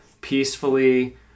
peacefully